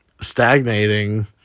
stagnating